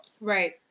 Right